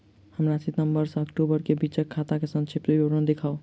हमरा सितम्बर सँ अक्टूबर केँ बीचक खाता केँ संक्षिप्त विवरण देखाऊ?